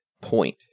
point